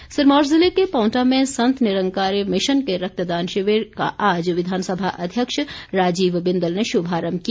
बिंदल सिरमौर ज़िले के पांवटा में संत निरंकारी मिशन के रक्तदान शिविर का आज विधानसभा अध्यक्ष राजीव बिंदल ने शुभारम्भ किया